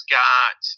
got